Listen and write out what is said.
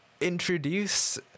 introduce